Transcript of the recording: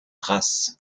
race